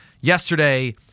yesterday